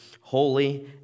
holy